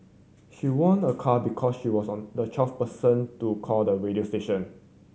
she won a car because she was on the twelfth person to call the radio station